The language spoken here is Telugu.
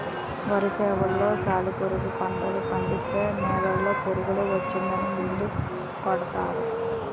వరి సేనులో సాలిపురుగు పట్టులు పడితే సేనులో పురుగు వచ్చిందని మందు కొడతారు